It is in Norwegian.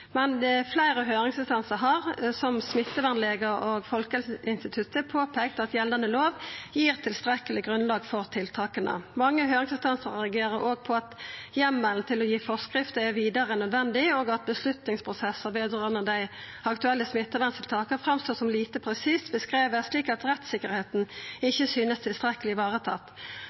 fleire høyringsinstansar, som smittevernlegar og Folkehelseinstituttet, har påpeikt at gjeldande lov gir tilstrekkeleg grunnlag for tiltaka. Mange høyringsinstansar reagerer òg på at heimelen til å gi forskrifter er vidare enn nødvendig, og at avgjerdsprosessar som gjeld dei aktuelle smitteverntiltaka, har vore lite presist beskrive, slik at rettstryggleiken ikkje synest å vere tilstrekkeleg